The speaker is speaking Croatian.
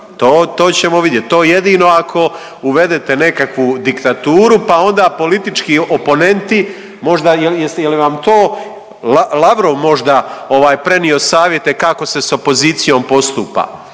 to ćemo vidjeti. To jedino ako uvedete nekakvu diktaturu pa onda politički oponenti možda jeste, je li vam to Lavrov možda ovaj prenio savjete kako se s opozicijom postupa?